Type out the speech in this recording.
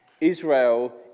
Israel